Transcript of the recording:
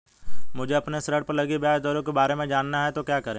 मुझे अपने ऋण पर लगी ब्याज दरों के बारे में जानना है तो क्या करें?